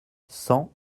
cent